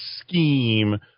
scheme